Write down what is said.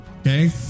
Okay